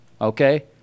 Okay